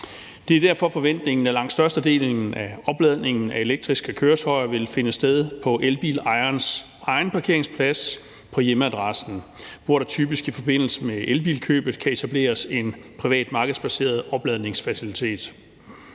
Det er derfor forventningen, at langt størstedelen af opladningen af elektriske køretøjer vil finde sted på elbilejerens egen parkeringsplads på hjemadressen, hvor der typisk i forbindelse med elbilkøbet kan etableres en privat markedsbaseret opladningsfacilitet.